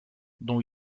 dont